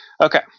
okay